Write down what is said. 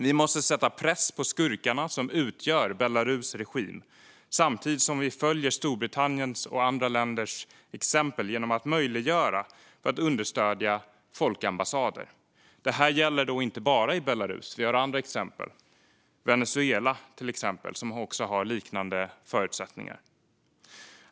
Vi måste sätta press på de skurkar som utgör Belarus regim samtidigt som vi följer Storbritanniens och andra länders exempel genom att göra det möjligt att understödja folkambassader. Detta gäller inte bara i Belarus, utan det finns andra exempel, som Venezuela, som har liknande förutsättningar.